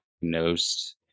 diagnosed